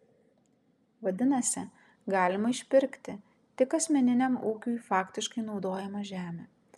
vadinasi galima išpirkti tik asmeniniam ūkiui faktiškai naudojamą žemę